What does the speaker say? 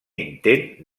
intent